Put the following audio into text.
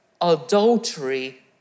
adultery